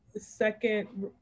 second